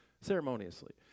ceremoniously